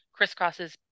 crisscrosses